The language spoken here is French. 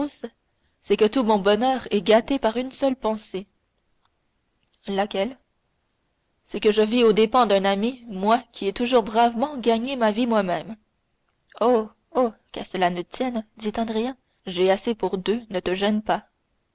c'est que tout mon bonheur est gâté par une seule pensée laquelle c'est que je vis aux dépens d'un ami moi qui ai toujours bravement gagné ma vie moi-même oh oh qu'à cela ne tienne dit andrea j'ai assez pour deux ne te gêne pas